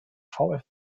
vfb